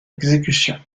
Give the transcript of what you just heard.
exécution